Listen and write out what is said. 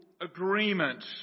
agreement